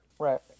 Right